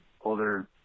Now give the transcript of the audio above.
older